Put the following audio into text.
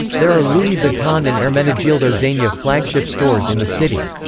there are louis vuitton and ermenegildo zegna flagship stores in the city.